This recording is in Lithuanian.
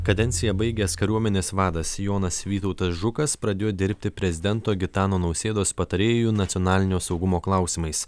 kadenciją baigęs kariuomenės vadas jonas vytautas žukas pradėjo dirbti prezidento gitano nausėdos patarėju nacionalinio saugumo klausimais